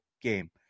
game